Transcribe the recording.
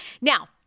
Now